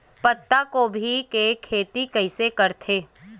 पत्तागोभी के खेती कइसे करथे?